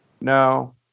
No